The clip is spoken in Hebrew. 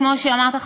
כמו שאמרת,